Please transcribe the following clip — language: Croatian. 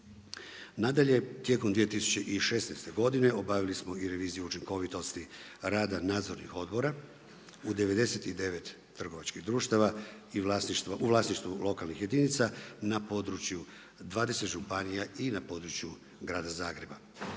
Nadalje, tijekom 2016. godine obavili smo i reviziju učinkovitosti rada nadzornih odbora u 99 trgovačkih društava u vlasništvu lokalnih jedinica na području 20 županija i na području Grada Zagreba.